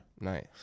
nice